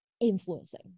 influencing